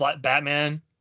Batman